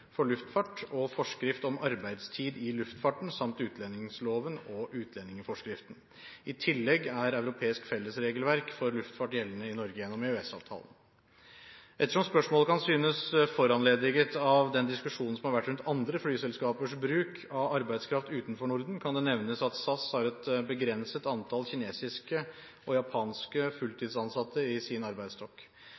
for luftfart, forskrift om arbeidstid i luftfarten samt utlendingsloven og utlendingsforskriften. I tillegg er europeisk fellesregelverk for luftfart gjeldende i Norge gjennom EØS-avtalen. Ettersom spørsmålet kan synes foranlediget av den diskusjonen som har vært rundt andre flyselskapers bruk av arbeidskraft utenfor Norden, kan det nevnes at SAS har et begrenset antall kinesiske og japanske